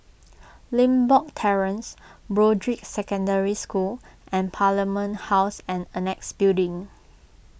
Limbok Terrace Broadrick Secondary School and Parliament House and Annexe Building